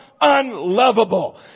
unlovable